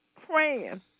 praying